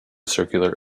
circular